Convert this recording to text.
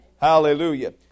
Hallelujah